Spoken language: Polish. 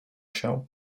się